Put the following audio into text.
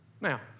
Now